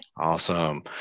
Awesome